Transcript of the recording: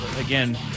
again